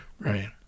Right